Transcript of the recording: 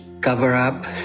cover-up